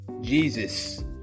Jesus